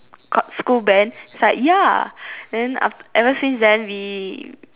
school band he's like ya and then af~ ever since then we